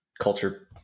culture